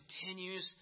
continues